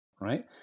Right